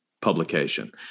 publication